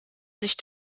sich